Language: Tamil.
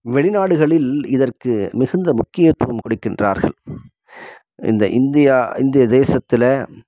வெளிநாடுகளில் இதற்கு மிகுந்த முக்கியத்துவம் கொடுக்கின்றார்கள் இந்த இந்தியா இந்திய தேசத்தில்